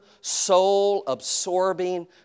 soul-absorbing